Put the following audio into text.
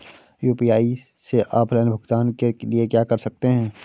UPI से offline भुगतान के लिए क्या कर सकते हैं?